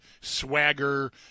swagger